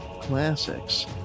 Classics